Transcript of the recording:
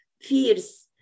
fears